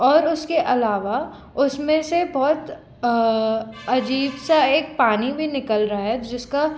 और उसके अलावा उसमें से बहुत अजीब सा एक पानी भी निकल रहा है जिसका